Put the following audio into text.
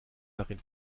darin